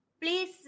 please